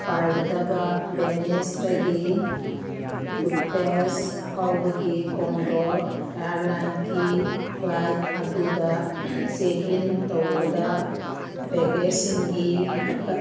ꯄꯥꯏꯒꯗꯕ ꯕꯦꯅꯤꯁꯇꯒꯤ ꯕꯨꯠꯄꯦꯁ ꯐꯥꯎꯕꯒꯤ ꯀꯣꯟꯗꯣꯔ ꯏꯌꯥꯔꯂꯥꯏꯟꯁꯀꯤ ꯐ꯭ꯂꯥꯏꯠ ꯑꯗꯨꯗ ꯆꯦꯛ ꯏꯟ ꯇꯧꯕꯗ ꯕꯦꯒꯦꯁꯁꯤꯡꯒꯤ ꯑꯀꯛ